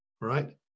right